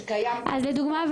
שקיים כבר מספר --- לדוגמה,